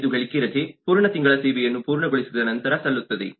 25 ಗಳಿಕೆ ರಜೆ ಪೂರ್ಣ ತಿಂಗಳ ಸೇವೆಯನ್ನು ಪೂರ್ಣಗೊಳಿಸಿದ ನಂತರ ಸಲ್ಲುತ್ತದೆ